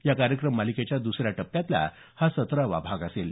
या कार्यक्रम मालिकेच्या दुसऱ्या टप्प्यातला हा सतरावा भाग असेल